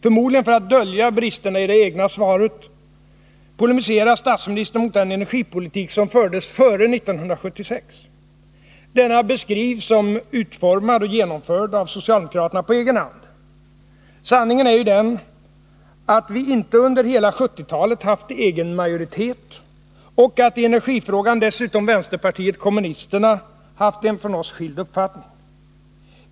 Förmodligen för att dölja bristerna i det egna svaret polemiserar statsministern mot den energipolitik som fördes före 1976. Denna beskrivs som utformad och genomförd av socialdemokraterna på egen hand. Sanningen är ju den att vi inte under hela 1970-talet haft egen majoritet och att i energifrågan dessutom vänsterpartiet kommunisterna haft en från oss skild uppfattning.